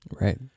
Right